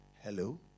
Hello